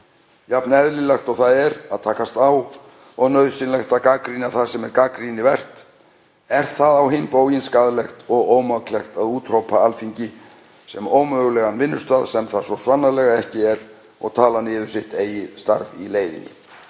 Jafn eðlilegt og það er að takast á og nauðsynlegt að gagnrýna það sem er gagnrýnivert er það á hinn bóginn skaðlegt og ómaklegt að úthrópa Alþingi sem ómögulegan vinnustað, sem það svo sannarlega er ekki, og tala niður eigið starf í leiðinni.